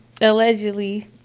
Allegedly